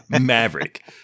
Maverick